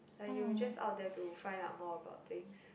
like you just out there to find out more about things